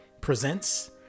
Presents